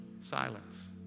silence